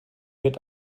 wird